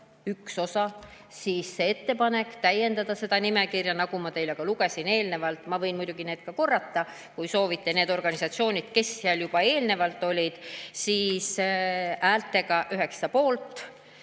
üks osa, siis see ettepanek täiendada seda nimekirja, nagu ma teile ennist ette lugesin – ma võin muidugi korrata, kui soovite –, need organisatsioonid, kes seal juba eelnevalt olid, häältega 9 poolt